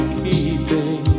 keeping